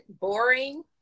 boring